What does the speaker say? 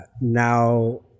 now